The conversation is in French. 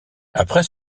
après